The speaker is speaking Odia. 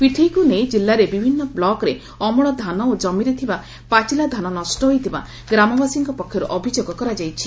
ପିଥେଇକୁ ନେଇ ଜିଲ୍ଲାରେ ବିଭିନ୍ନ ବ୍କକ୍ରେ ଅମଳ ଧାନ ଓ ଜମିରେ ଥିବା ପାଚୀଲା ଧାନ ନଷ୍ ହୋଇଥିବା ଗ୍ରାମବାସୀଙ୍କ ପକ୍ଷରୁ ଅଭିଯୋଗ କରାଯାଇଛି